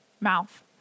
mouth